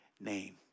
name